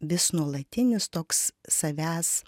vis nuolatinis toks savęs